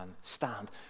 stand